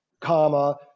comma